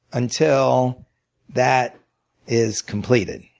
until that is completed.